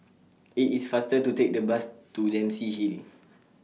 IT IS faster to Take The Bus to Dempsey Hill